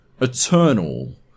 Eternal